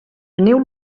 aneu